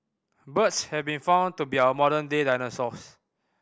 birds have been found to be our modern day dinosaurs